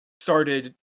started